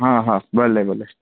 हा हा भले भले